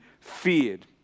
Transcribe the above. feared